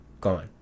gone